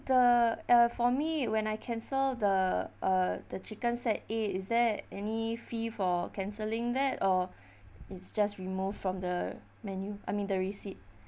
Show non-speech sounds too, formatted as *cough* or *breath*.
the uh for me when I cancel the uh the chicken set A is there any fee for cancelling that or *breath* it's just removed from the menu I mean the receipt